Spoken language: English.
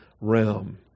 realm